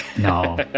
No